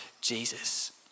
Jesus